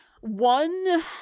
One